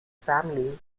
family